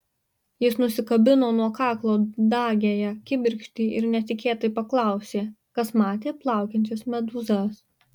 jis nusikabino nuo kaklo dagiąją kibirkštį ir netikėtai paklausė kas matė plaukiančias medūzas